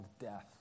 death